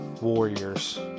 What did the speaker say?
warriors